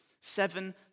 seven